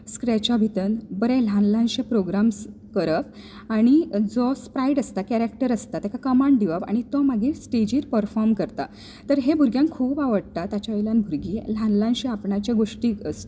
स्क्रॅचा भितर बरे ल्हान ल्हानशे प्रोग्राम्स करप आनी जो स्प्रायड आसता कॅरेक्टर आसता ताका कंमाड दिवप आनी तो मागीर स्टेजीर पर्फोर्म करता तर हें भुरग्यांक खूब आवडटा ताचे वयल्यान भुरगीं ल्हान ल्हानशीं आपणाच्यो गोश्टी